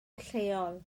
lleol